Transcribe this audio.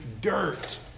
dirt